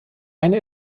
eine